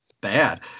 bad